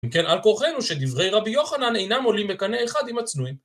אם כן על כורחנו שדברי רבי יוחנן אינם עולים מקנה אחד עם הצנועים.